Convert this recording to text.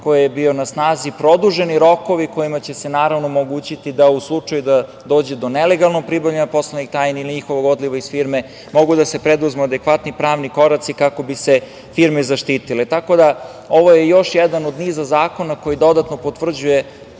koji je bio na snazi produženi rokovi kojima će se naravno omogućiti da u slučaju da dođe do nelegalnog pribavljanja poslovnih tajni i njihovog odliva iz firme mogu da se preduzmu adekvatni pravni koraci kako bi se firme zaštitile. Tako da je ovo još jedan od niza zakona koji dodatno potvrđuje